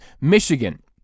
Michigan